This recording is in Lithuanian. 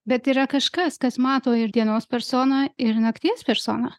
bet yra kažkas kas mato ir dienos personą ir nakties personą